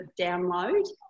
download